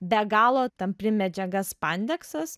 be galo tampri medžiaga spandeksas